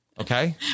okay